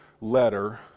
letter